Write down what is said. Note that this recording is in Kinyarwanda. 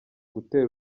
gutera